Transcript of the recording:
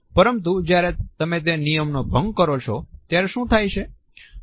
પરંતુ જ્યારે તમે તે નિયમોનો ભંગ કરો છો ત્યારે શું થાય છે